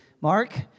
Mark